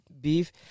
beef